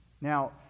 Now